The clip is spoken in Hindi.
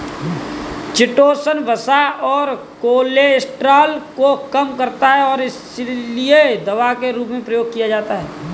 चिटोसन वसा और कोलेस्ट्रॉल को कम करता है और इसीलिए दवा के रूप में प्रयोग किया जाता है